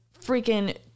freaking